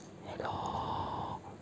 hello